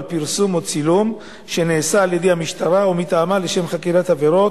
פרסום או צילום שנעשה על-ידי המשטרה או מטעמה לשם חקירת עבירות,